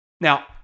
Now